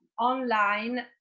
online